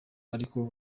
ariko